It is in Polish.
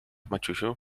maciusiu